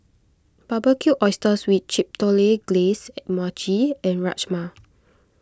Barbecued Oysters with Chipotle Glaze Mochi and Rajma